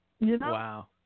Wow